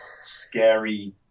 scary